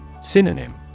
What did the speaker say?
Synonym